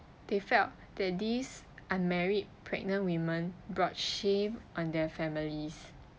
they felt that these unmarried pregnant women brought shame on their families